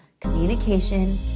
communication